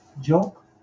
joke